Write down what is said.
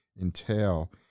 entail